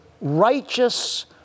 righteous